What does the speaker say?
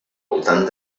voltant